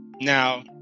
Now